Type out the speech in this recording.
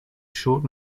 short